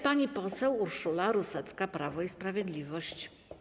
Pani poseł Urszula Rusecka, Prawo i Sprawiedliwość.